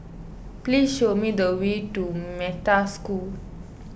please show me the way to Metta School